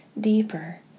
deeper